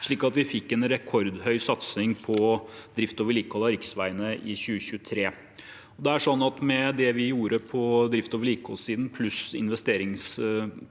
slik at vi fikk en rekordhøy satsing på drift og vedlikehold av riksveiene i 2023. Med det vi gjorde på drifts- og vedlikeholdssiden pluss investeringsposten